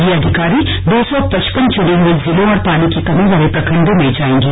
ये अधिकारी दो सौ पचपन चुने हुए जिलों और पानी की कमी वाले प्रखंडो में जाएंगे